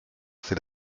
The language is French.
c’est